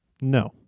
No